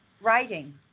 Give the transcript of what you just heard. Writing